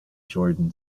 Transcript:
jordan